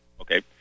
okay